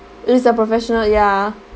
it is a professional ya